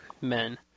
men